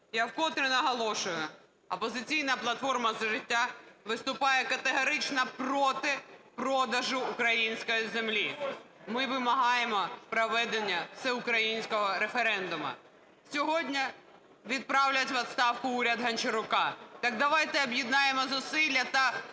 я вкотре наголошую, "Опозиційна платформа – За життя" виступає категорично проти продажу української землі. Ми вимагаємо проведення всеукраїнського референдуму. Сьогодні відправлять у відставку уряд Гончарука, так давайте об'єднаємо зусилля та